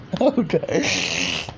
Okay